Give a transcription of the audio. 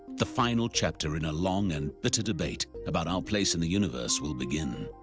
the final chapter in a long and bitter debate about our place in the universe will begin.